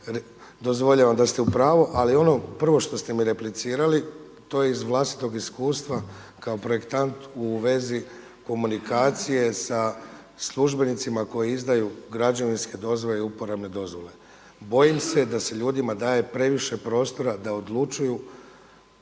Dozvoljavam da ste u pravu ali ono prvo što ste mi replicirali, to iz vlastitog iskustva kao projektant u vezi komunikacije sa službenicima koji izdaju građevinske dozvole i uporabne dozvole. Bojim se da se ljudima daje previše prostora da odlučuju